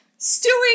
stewing